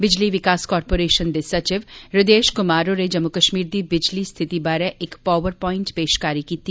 बिजली विकास कारपोरेशन दे सचिव ह्रदेश क्मार होरें जम्मू कश्मीर दी बिजली स्थिति बारै इक पावर पवाइट पेशकारी कीती